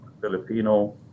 Filipino